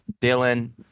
Dylan